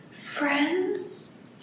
friends